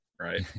Right